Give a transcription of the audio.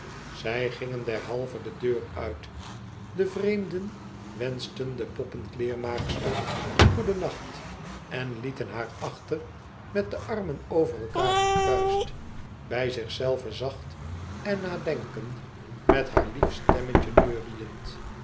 zij gingen derhalve de deur uit de vreemden wenschten de poppenkleermaakster goedenavond en lieten haar achter met de armen over elkaar gekruist bij zich zelve zacht en nadenkend met haar lief stemmetje neuriënd